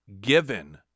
given